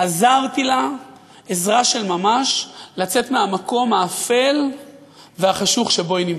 עזרתי לה עזרה של ממש לצאת מהמקום האפל והחשוך שבו היא הייתה.